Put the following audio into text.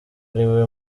ariwe